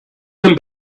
them